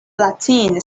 latin